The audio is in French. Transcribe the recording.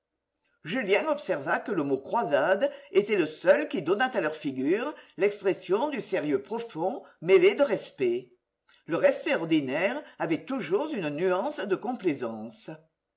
julien observa que le mot croisade était le seul qui donnât à leur figure l'expression du sérieux profond mêlé de respect le respect ordinaire avait toujours une nuance de complaisance